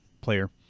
player